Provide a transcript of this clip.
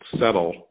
settle